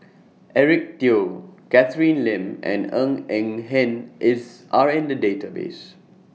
Eric Teo Catherine Lim and Ng Eng Hen IS Are in The Database